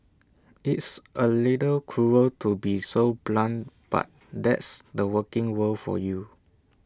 it's A little cruel to be so blunt but that's the working world for you